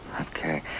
Okay